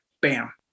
bam